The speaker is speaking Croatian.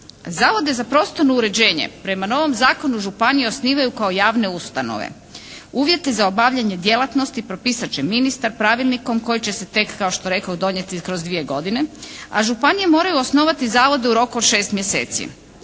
Zavode za prostorno uređenje prema novom zakonu županije osnivaju kao javne ustanove. Uvjete za obavljanje djelatnosti propisat će ministar pravilnikom koji će se tek kao što rekoh donijeti kroz dvije godine a županije moraju osnovati zavode u roku od šest mjeseci.